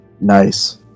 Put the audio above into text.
nice